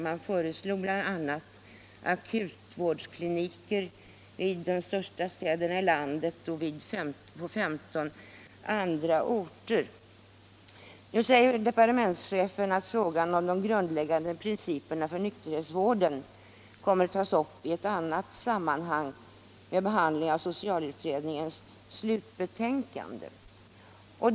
Man föreslog bl.a. akutvårdskliniker i de största städerna i landet och på 15 andra orter. Departementschefen säger att frågan om de grundläggande principerna för nykterhetsvården kommer att tas upp i ett annat sammanhang, nämligen vid behandlingen av socialutredningens slutbetänkande.